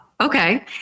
okay